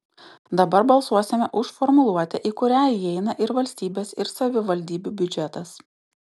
dabar balsuosime už formuluotę į kurią įeina ir valstybės ir savivaldybių biudžetas